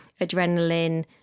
adrenaline